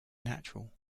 natural